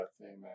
Amen